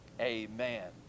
amen